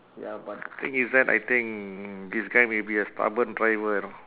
ya but the thing is that I think this guy may be a stubborn driver you know